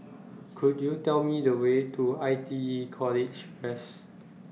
Could YOU Tell Me The Way to I T E College West